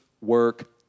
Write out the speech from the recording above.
work